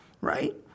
Right